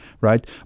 right